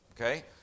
Okay